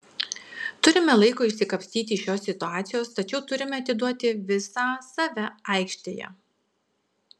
turime laiko išsikapstyti iš šios situacijos tačiau turime atiduoti visą save aikštėje